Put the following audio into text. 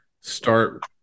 start